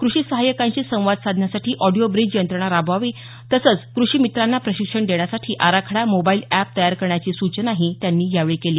कृषी सहायकांशी संवाद साधण्यासाठी ऑडिओ ब्रिज यंत्रणा राबवावी तसंच कृषिमित्रांना प्रशिक्षण देण्यासाठी आराखडा मोबाईल अॅप तयार करण्याची सूचनाही त्यांनी यावेळी केली